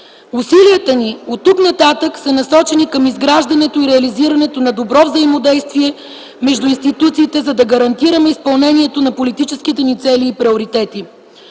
Усилията ни оттук нататък са насочени към изграждането и реализирането на добро взаимодействие между институциите, за да гарантираме изпълнението на политическите ни цели и приоритети.